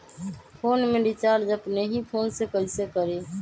Phone में recharge अपने ही फ़ोन से कईसे करी?